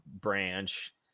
branch